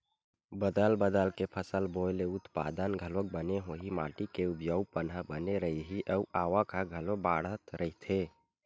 बदल बदल के फसल बोए ले उत्पादन घलोक बने होही, माटी के उपजऊपन ह बने रइही अउ आवक ह घलोक बड़ाथ रहीथे